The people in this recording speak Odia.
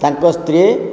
ତାଙ୍କ ସ୍ତ୍ରୀ